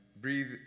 breathe